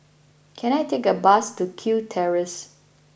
can I take a bus to Kew Terrace